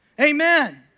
Amen